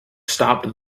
stopped